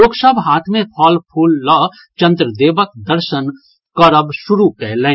लोक सभ हाथ मे फल फूल लऽ चंद्रदेवक दर्शन शुरू कयलनि